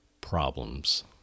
problems